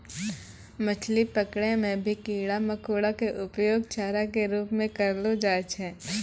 मछली पकड़ै मॅ भी कीड़ा मकोड़ा के उपयोग चारा के रूप म करलो जाय छै